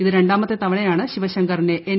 ഇത് രണ്ടാമത്തെ തവണയാണ് ശിവശങ്കറിനെ എൻ